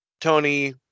Tony